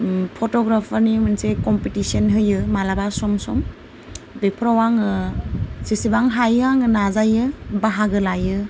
फट'ग्राफारनि मोनसे कम्पिटिसन होयो माब्लाबा सम सम बेफोराव आङो जेसेबां हायो आङो नाजायो बाहागो लायो